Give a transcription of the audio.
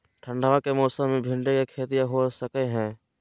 ठंडबा के मौसमा मे भिंडया के खेतीया हो सकये है?